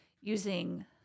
using